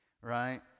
right